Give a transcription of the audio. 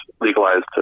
legalized